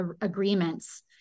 agreements